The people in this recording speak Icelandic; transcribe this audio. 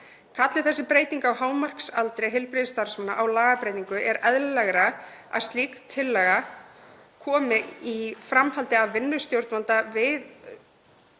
Kalli þessi breyting á hámarksaldri heilbrigðisstarfsmanna á lagabreytingu er eðlilegra að slík tillaga komi í framhaldi af samvinnu stjórnvalda við